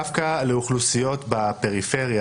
דווקא לאוכלוסיות בפריפריה,